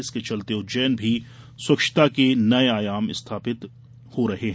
इसके चलते उज्जैन में भी स्वच्छता के नए आयाम स्थापित हो रहे हैं